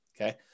Okay